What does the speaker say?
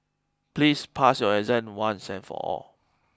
please pass your exam once and for all